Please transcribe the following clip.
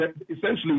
essentially